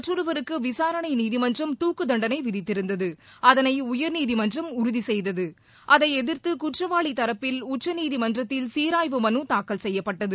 மற்றொருவருக்கு விசாரணை நீதிமன்றம் துக்குத் தண்டளை விதித்திருந்தது அதளை உயர்நீதிமன்றம் உறுதி செய்தது அதை எதிர்து குற்றவாளி தரப்பில் உச்சநீதிமன்றத்தில் சீராய்வு மனு தாக்கல் செய்யப்பட்டது